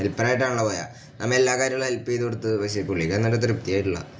helper ആയിട്ടാണല്ലോ പോയത് നമ്മൾ എല്ലാ കാര്യങ്ങളും ഹെല്പ്പ ചെയ്ത് കൊടുത്ത് പക്ഷേ പുള്ളിക്ക് എന്നിട്ടും തൃപ്തിയായിട്ടില്ല